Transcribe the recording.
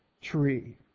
tree